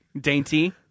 dainty